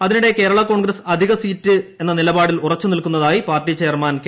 അതിനിടെ കേരള കോൺഗ്രസ് അധിക സീറ്റെന്ന നിലപാടിൽ ഉറച്ചു നിൽക്കുന്നതായി പാർട്ടി ചെയർമാൻ കെ